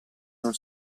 non